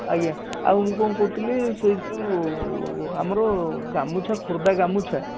ଆଜ୍ଞା ଆଉ ମୁଁ କ'ଣ କହୁଥିଲି ସେଇ ଯେଉଁ ଆମର ଗାମୁଛା ଖୋର୍ଦ୍ଧା ଗାମୁଛା